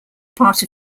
part